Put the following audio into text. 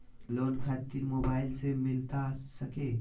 Loan खातिर mobile से मिलता सके?